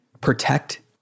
protect